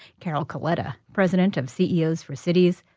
carol coletta, president of ceos for cities,